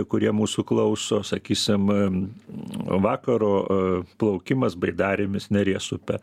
kurie mūsų klauso sakysim vakaro plaukimas baidarėmis neries upe